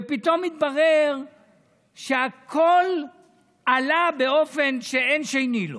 ופתאום מתברר שהכול עלה באופן שאין שני לו.